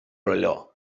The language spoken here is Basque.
leloa